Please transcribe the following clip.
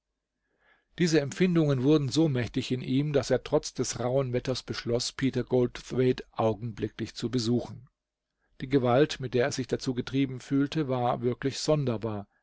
diese empfindungen wurden so mächtig in ihm daß er trotz des rauhen wetters beschloß peter goldthwaite augenblicklich zu besuchen die gewalt mit der er sich dazu getrieben fühlte war wirklich sonderbar